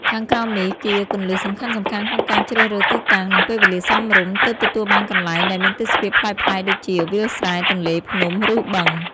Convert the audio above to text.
ខាងក្រោមនេះជាគន្លឹះសំខាន់ៗក្នុងការជ្រើសរើសទីតាំង និងពេលវេលាសមរម្យ ទើបទទួលបានកន្លែងដែលមានទេសភាពប្លែកៗដូចជា វាលស្រែ ទន្លេ ភ្នំ ឬ បឹង។